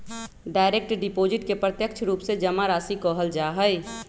direct deposit के प्रत्यक्ष रूप से जमा राशि कहल जा हई